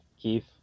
Keith